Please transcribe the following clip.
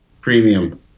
Premium